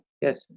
yes